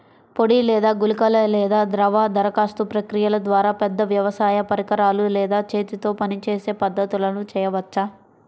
పొడి లేదా గుళికల లేదా ద్రవ దరఖాస్తు ప్రక్రియల ద్వారా, పెద్ద వ్యవసాయ పరికరాలు లేదా చేతితో పనిచేసే పద్ధతులను చేయవచ్చా?